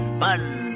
buzz